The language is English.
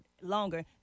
longer